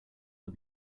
but